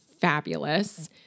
fabulous